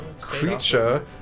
Creature